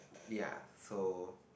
ya so